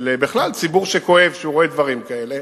בכלל של ציבור שכואב כשהוא רואה דברים כאלה.